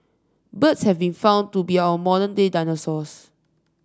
birds have been found to be our modern day dinosaurs